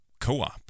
co-op